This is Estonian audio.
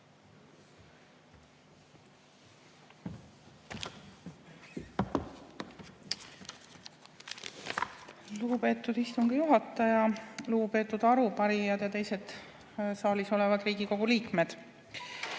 Lugupeetud istungi juhataja, lugupeetud arupärijad ja teised saalis olevad Riigikogu liikmed!